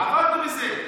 עבדנו בזה.